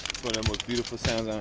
beautiful sound on